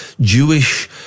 Jewish